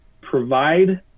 provide